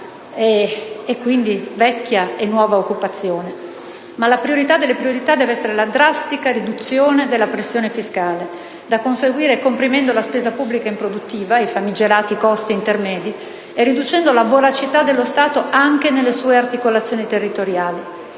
e quindi vecchia e nuova occupazione. Ma la priorità delle priorità deve essere la drastica riduzione della pressione fiscale, da conseguire comprimendo la spesa pubblica improduttiva, i famigerati costi intermedi, e riducendo la voracità dello Stato anche nelle sue articolazioni territoriali.